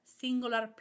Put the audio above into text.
singular